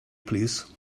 plîs